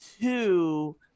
two